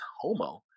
Homo